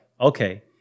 okay